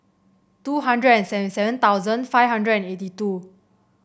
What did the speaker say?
two hundred and seven seven thousand five hundred and eighty two